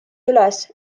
üles